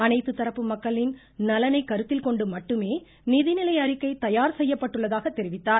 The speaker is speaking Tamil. அனைத்து தரப்பு மக்களின் நலனை கருத்தில்கொண்டு மட்டுமே நிதிநிலை அறிக்கை தயார்செய்யப்பட்டுள்ளதாக தெரிவித்தார்